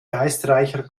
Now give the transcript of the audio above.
geistreicher